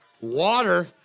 Water